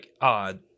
odd